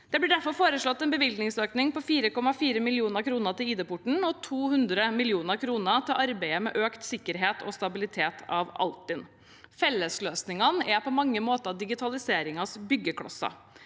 Det blir foreslått en bevilgningsøkning på 4,4 mill. kr til ID-porten og 200 mill. kr til arbeidet med økt sikkerhet og stabilitet i Altinn. Fellesløsningene er på mange måter digitaliseringens byggeklosser.